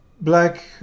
Black